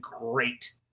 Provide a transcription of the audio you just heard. great